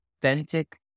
authentic